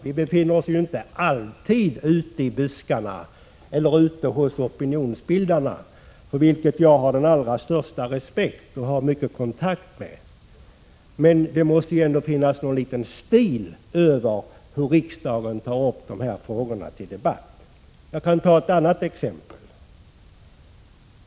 Vi befinner oss ju inte alltid ute i buskarna eller ute hos opinionsbildarna, som jag har den allra största respekt för och som jag har mycken kontakt med. Det måste ändå vara någon stil över det sätt på vilket riksdagen tar upp dessa frågor till debatt. Jag vill anföra ytterligare ett exempel.